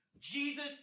Jesus